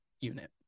unit